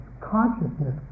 Consciousness